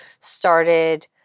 started